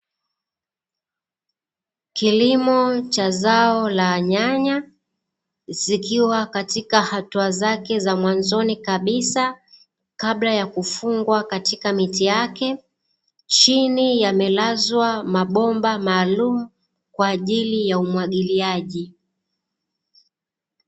Kilimo cha zao la nyanya, zikiwa katika hatua zake za mwanzoni kabisa, kabla ya kufungwa katika miti yake, chini yamelazwa mabomba maalumu kwa ajili ya umwagiliaji.